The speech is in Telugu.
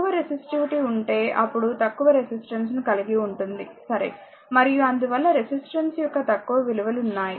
తక్కువ రెసిస్టివిటీ ఉంటే అప్పుడు తక్కువ రెసిస్టెన్స్ ను కలిగి ఉంటుంది సరే మరియు అందువల్ల రెసిస్టెన్స్ యొక్క తక్కువ విలువలు ఉన్నాయి